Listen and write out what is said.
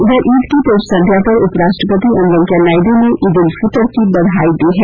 इधर ईद की पूर्व संध्या पर उप राष्ट्रपति एम वेंकैया नायडू ने ईद उल फितर की बधाई दी है